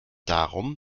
darum